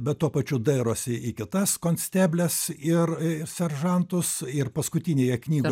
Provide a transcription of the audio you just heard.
bet tuo pačiu dairosi į kitas konstebles ir seržantus ir paskutinėje knygoj